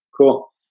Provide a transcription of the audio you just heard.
cool